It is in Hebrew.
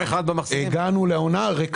הגענו לעונה עם